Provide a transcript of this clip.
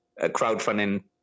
crowdfunding